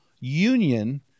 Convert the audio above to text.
union